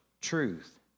truth